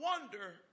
wonder